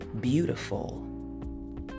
beautiful